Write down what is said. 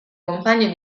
compagno